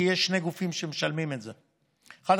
כי יש שני גופים שמשלמים את זה: האחד,